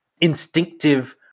instinctive